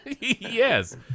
Yes